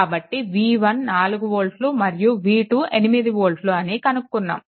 కాబట్టి v1 4 వోల్ట్లు మరియు v2 8 వోల్ట్లు అని కనుక్కునాము